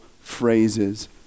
phrases